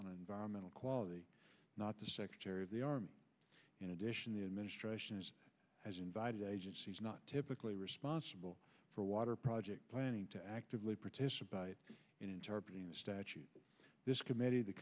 on environmental quality not the secretary of the army in addition the administration is has invited agencies not typically responsible for water project planning to actively participate in interpreting the statute this committee the